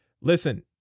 listen